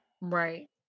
Right